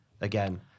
again